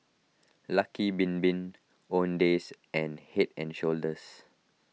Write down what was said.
Lucky Bin Bin Owndays and Head and Shoulders